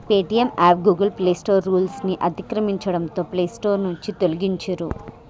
Paytm app Google Play Store రూల్స్ను అతిక్రమించడంతో Play Store నుంచి తొలగించిర్రు